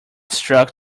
struck